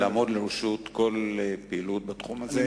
לעמוד לרשות כל פעילות בתחום הזה.